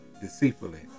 deceitfully